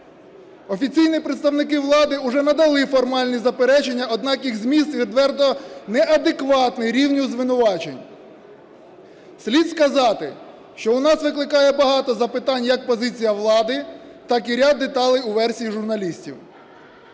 Офіційні представники влади уже надали формальні заперечення, однак їх зміст відверто неадекватний рівню звинувачень. Слід сказати, що у нас викликає багато запитань як позиція влади, так і ряд деталей у версії журналістів.